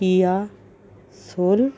Kiya soul